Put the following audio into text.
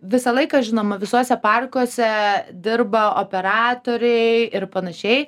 visą laiką žinoma visuose parkuose dirba operatoriai ir panašiai